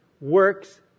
works